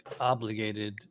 obligated